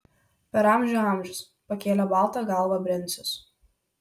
per amžių amžius pakėlė baltą galvą brencius